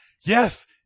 yes